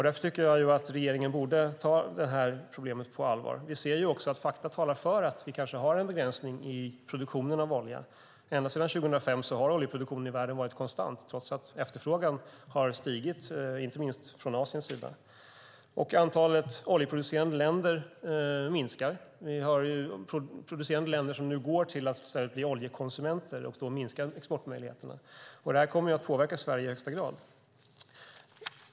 Därför tycker jag att regeringen borde ta det här problemet på allvar. Vi ser också att fakta talar för att vi kanske har en begränsning i produktionen av olja. Ända sedan 2005 har oljeproduktionen i världen varit konstant, trots att efterfrågan har stigit, inte minst från Asiens sida. Antalet oljeproducerande länder minskar nu. Vi har producerande länder som går till att i stället bli oljekonsumenter. Då minskar exportmöjligheterna. Det här kommer att påverka Sverige i högsta grad.